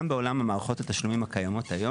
גם בעולם מערכות התשלומים הקיימות היום,